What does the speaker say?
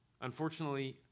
Unfortunately